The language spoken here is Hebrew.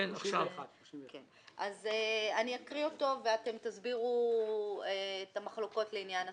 אני אקריא את הסעיף ואתם תסבירו את המחלוקות לעניין התוספת.